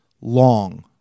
long